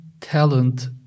talent